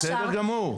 בסדר גמור.